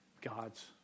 God's